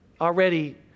already